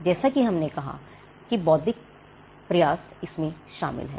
जैसा कि हमने कहा कि इसमें बौद्धिक प्रयास शामिल है